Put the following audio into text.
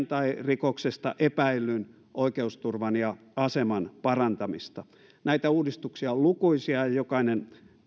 tai rikoksesta epäillyn oikeusturvan ja aseman parantamista näitä uudistuksia on lukuisia ja jokainen